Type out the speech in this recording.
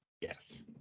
Yes